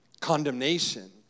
condemnation